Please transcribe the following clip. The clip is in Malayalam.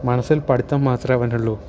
മനസ്സിൽ പഠിത്തം മാത്രമേ അവനുള്ളു